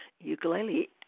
ukulele